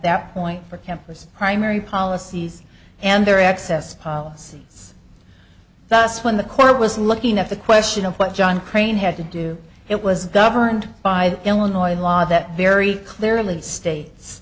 that point for campers primary policies and their access policies thus when the court was looking at the question of what john crane had to do it was governed by the illinois law that very clearly states